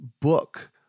book